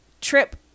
Trip